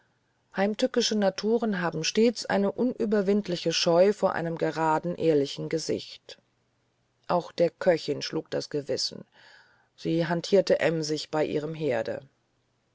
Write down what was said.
heimtückische naturen haben stets eine unüberwindliche scheu vor einem geraden ehrlichen gesichte auch der köchin schlug das gewissen sie hantierte emsig bei ihrem herde